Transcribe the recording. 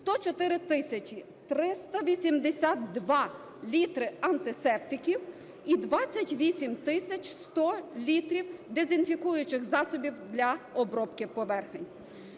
382 літри антисептиків і 28 тисяч 100 літрів дезінфікуючих засобів для обробки поверхонь.